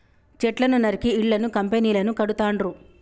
చెట్లను నరికి ఇళ్లను కంపెనీలను కడుతాండ్రు